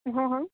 હં હં